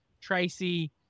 Tracy